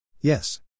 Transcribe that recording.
Yes